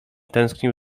tęsknił